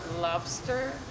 Lobster